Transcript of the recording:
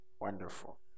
wonderful